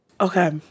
Okay